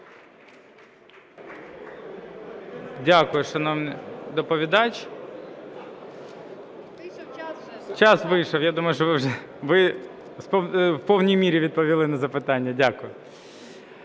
Дякую, шановний доповідач. Час вийшов, я думаю, що ви в повній мірі відповіли на запитання. Дякую.